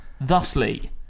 thusly